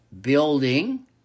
building